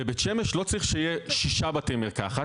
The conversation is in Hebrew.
בבית שמש לא צריך שיהיו שישה בתי מרקחת,